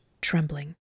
trembling